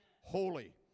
Holy